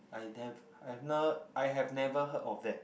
I nev~ I've not I have never heard of that